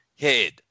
head